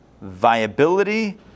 viability